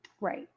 Right